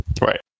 Right